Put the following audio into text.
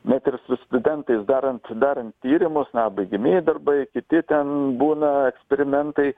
net ir su studentais darant darant tyrimus na baigiamieji darbai kiti ten būna eksperimentai